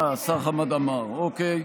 השר חמד עמאר, אוקיי.